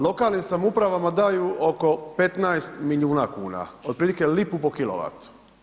Lokalnim samoupravama daju oko 15 milijuna kuna, otprilike lipu po kW.